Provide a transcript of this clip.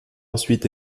ensuite